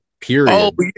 Period